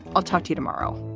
i'll talk to you tomorrow